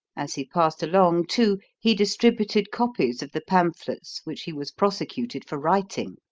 as he passed along, too, he distributed copies of the pamphlets which he was prosecuted for writing.